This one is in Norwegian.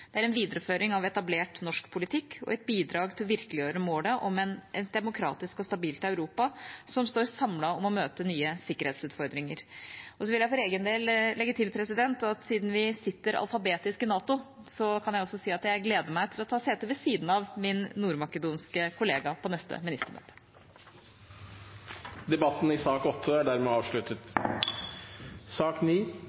Det er en videreføring av etablert norsk politikk og et bidrag til å virkeliggjøre målet om et demokratisk og stabilt Europa som står samlet om å møte nye sikkerhetsutfordringer. Så vil jeg for egen del legge til at siden vi sitter alfabetisk i NATO, kan jeg også si at jeg gleder meg til å ta sete ved siden av min nord-makedonske kollega på neste ministermøte. Flere har ikke bedt om ordet til sak